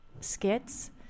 skits